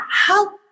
help